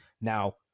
now